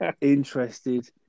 interested